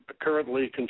currently